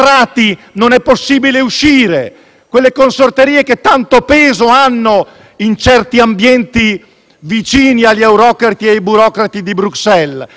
quelle consorterie che tanto peso hanno in certi ambienti vicini agli eurocrati e ai burocrati di Bruxelles. Ebbene, se questo era il messaggio